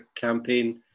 campaign